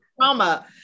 trauma